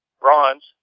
bronze